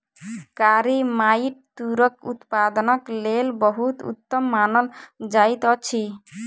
कारी माइट तूरक उत्पादनक लेल बहुत उत्तम मानल जाइत अछि